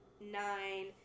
nine